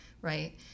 right